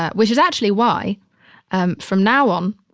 ah which is actually why um from now on,